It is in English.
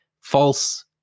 false